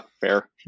fair